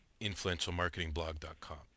influentialmarketingblog.com